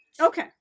okay